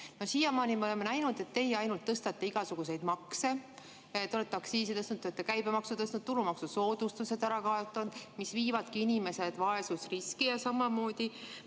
Siiamaani me oleme näinud, et teie ainult tõstate igasuguseid makse. Te olete aktsiise tõstnud, te olete käibemaksu tõstnud, tulumaksusoodustused ära kaotanud, mis viivadki inimesed vaesusriski. Ja samamoodi